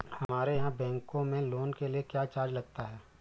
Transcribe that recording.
हमारे यहाँ बैंकों में लोन के लिए क्या चार्ज लगता है?